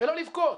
ולא לבכות?